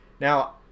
now